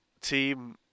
team